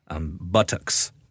buttocks